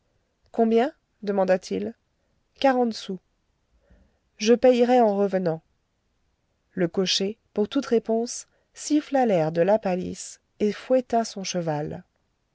combien demanda-t-il quarante sous je payerai en revenant le cocher pour toute réponse siffla l'air de la palisse et fouetta son cheval